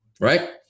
Right